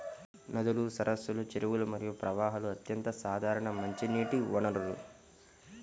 నదులు, సరస్సులు, చెరువులు మరియు ప్రవాహాలు అత్యంత సాధారణ మంచినీటి వనరులు